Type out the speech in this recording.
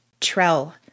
Trell